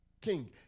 king